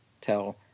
tell